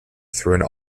through